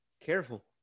Careful